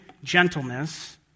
gentleness